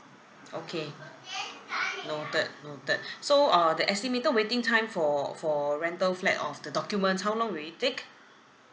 okay noted noted so uh the estimated waiting time for for rental flat of the documents how long will it take